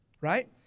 right